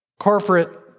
corporate